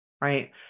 right